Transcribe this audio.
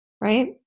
right